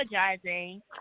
apologizing